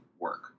work